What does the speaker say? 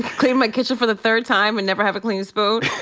clean my kitchen for the third time and never have a clean spoon?